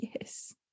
yes